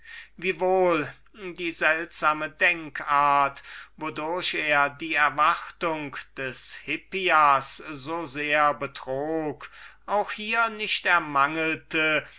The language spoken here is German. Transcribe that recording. die seltsame denk-art wodurch er die erwartung des hippias so sehr betrog auch hier nicht ermangelte